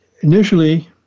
initially